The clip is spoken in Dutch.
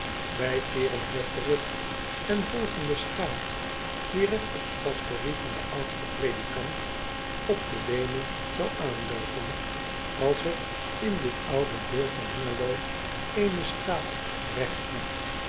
ij keeren hier terug en volgen de straat die regt op de pastorie van den oudsten predikant op de weeme zou aanloopen als er in dit oude deel van engelo ééne straat regt liep